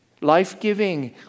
life-giving